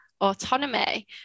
autonomy